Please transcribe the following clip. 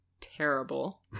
terrible